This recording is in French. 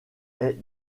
est